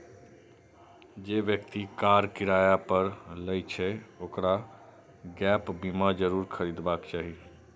जे व्यक्ति कार किराया पर लै छै, ओकरा गैप बीमा जरूर खरीदबाक चाही